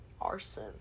Arson